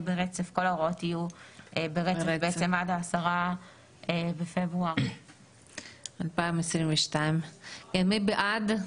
ברצף כל ההוראות יהיו ברצף עד ה-10 בפברואר 2022. מי בעד?